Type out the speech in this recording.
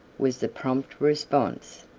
was the prompt response.